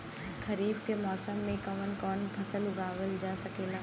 खरीफ के मौसम मे कवन कवन फसल उगावल जा सकेला?